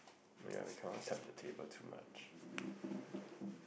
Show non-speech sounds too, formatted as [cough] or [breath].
oh yeah we cannot tap the table too much [breath]